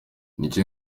nicyo